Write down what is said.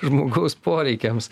žmogaus poreikiams